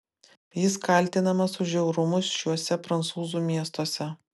jis kaltinamas už žiaurumus šiuose prancūzų miestuose